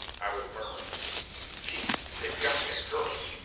i was murmuring chief, they've got that girl.